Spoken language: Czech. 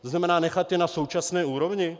To znamená nechat je na současné úrovni?